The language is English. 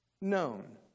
known